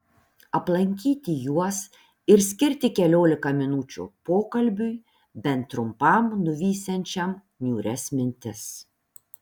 aplankyti juos ir skirti keliolika minučių pokalbiui bent trumpam nuvysiančiam niūrias mintis